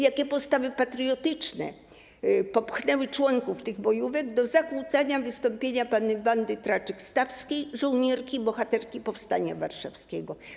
Jakie postawy patriotyczne popchnęły członków tych bojówek do zakłócania wystąpienia pani Wandy Traczyk-Stawskiej, żołnierki, bohaterki powstania warszawskiego?